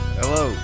Hello